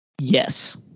Yes